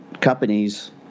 companies